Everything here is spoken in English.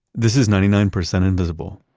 this is ninety nine percent invisible.